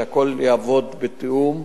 שהכול יעבוד בתיאום,